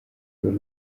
urwo